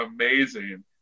amazing